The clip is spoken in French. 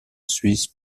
suisse